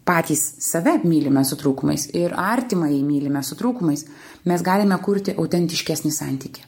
patys save mylime su trūkumais ir artimąjį mylime su trūkumais mes galime kurti autentiškesnį santykį